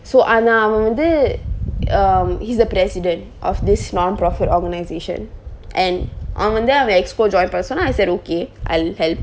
so ஆனா அவன் வந்து:aana avan vanthu um he's the president of this nonprofit organization and அவன் வந்து அவன்:avan vanthu avan expo join person I said okay I'll help